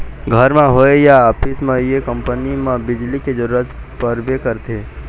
घर म होए या ऑफिस म ये कंपनी म बिजली के जरूरत परबे करथे